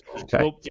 okay